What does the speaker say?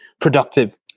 productive